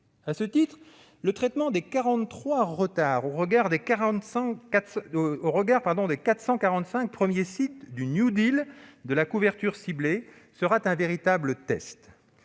À ce titre, le traitement des 43 retards au regard des 445 premiers sites du de la couverture ciblée sera un véritable test.